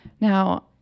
Now